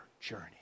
journey